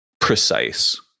precise